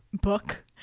book